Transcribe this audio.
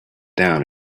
down